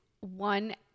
one